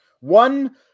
One